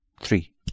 three